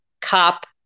cop